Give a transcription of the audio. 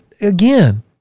again